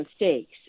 mistakes